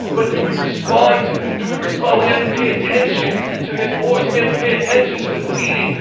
but do we respond to him? do we respond? we have to pay attention to his voice. we have to pay attention to his leading.